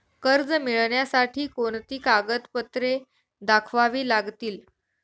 कर्ज मिळण्यासाठी कोणती कागदपत्रे दाखवावी लागतील?